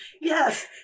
yes